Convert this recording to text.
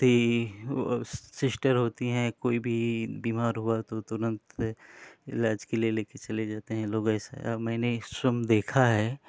थी वो सिस्टर होती है कोई भी बीमार हुआ तो तुरंत इलाज़ के लिए ले कर चले जाते हैं लोग ऐसा मैंने स्वप्न देखा है